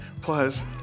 plus